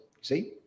see